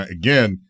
again